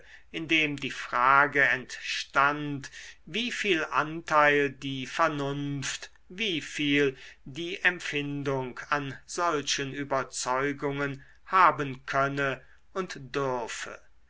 indem die frage entstand wieviel anteil die vernunft wieviel die empfindung an solchen überzeugungen haben könne und dürfe